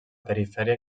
perifèria